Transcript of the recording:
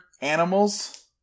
animals